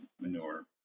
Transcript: manure